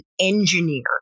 engineer